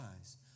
eyes